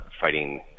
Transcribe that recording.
fighting